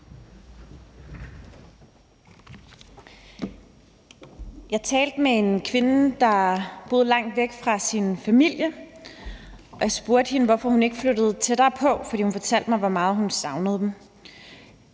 Jeg talte med en kvinde, der boede langt væk fra sin familie, og jeg spurgte hende, hvorfor hun ikke flyttede tættere på, for hun fortalte mig, hvor meget hun savnede dem.